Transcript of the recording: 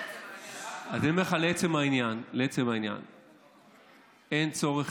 אני אענה לך לעצם העניין: אין צורך